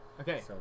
Okay